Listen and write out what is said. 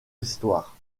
histoire